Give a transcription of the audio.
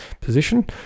position